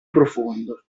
profondo